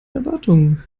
erwartungen